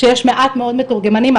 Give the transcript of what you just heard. שיש מעט מאוד מתורגמנים.